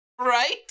right